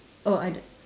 oh I do~